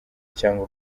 cyangwa